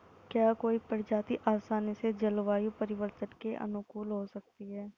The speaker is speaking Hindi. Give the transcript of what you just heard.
क्या कोई प्रजाति आसानी से जलवायु परिवर्तन के अनुकूल हो सकती है?